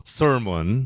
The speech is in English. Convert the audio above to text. sermon